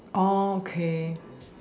okay